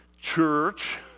church